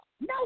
No